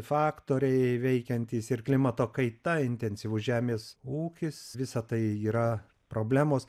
faktoriai veikiantys ir klimato kaita intensyvus žemės ūkis visa tai yra problemos